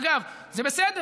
אגב, זה בסדר.